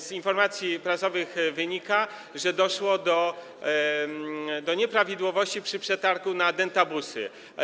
Z informacji prasowych wynika, że doszło do nieprawidłowości przy przetargu na dentobusy.